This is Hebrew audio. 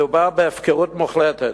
מדובר בהפקרות מוחלטת.